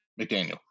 McDaniel